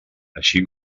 així